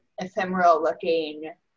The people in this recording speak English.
ephemeral-looking